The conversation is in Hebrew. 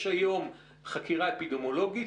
יש היום חקירה אפידמיולוגית.